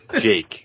Jake